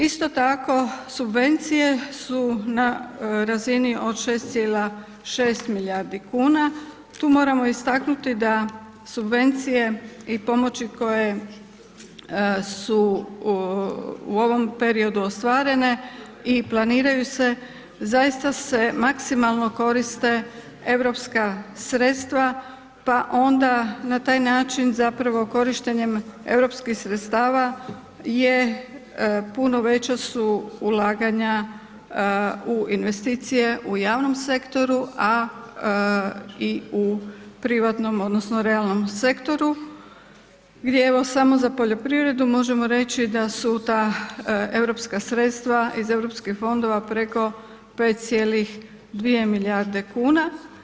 Isto tako, subvencije su na razini od 6,6 milijardi kuna, tu moramo istaknuti da subvencije i pomoći koje su u ovom periodu ostvarene i planiraju se, zaista se maksimalno koriste europska sredstva pa onda na taj način zapravo korištenjem europskih sredstava puno veća su ulaganja u investicije u javnom sektoru a i u privatnom odnosno realnom sektoru gdje evo samo za poljoprivredu možemo reći da su ta europska sredstva iz europskih fondova preko 5,2 milijarde kuna.